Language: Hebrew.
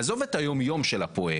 עזוב את היומיום של הפרויקט,